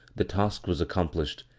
the task was accomplished,